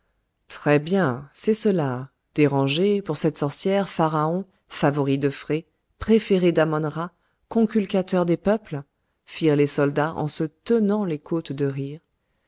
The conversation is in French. très bien c'est cela déranger pour cette sorcière pharaon favori de phré préféré dammon ra conculcateur des peuples firent les soldats en se tenant les côtes de rire